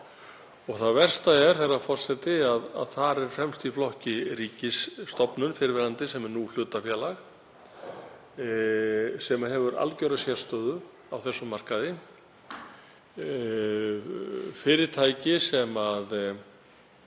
Það versta er, herra forseti, að þar er fremst í flokki ríkisstofnun, fyrrverandi, sem nú er hlutafélag, sem hefur algjöra sérstöðu á þessum markaði; fyrirtæki sem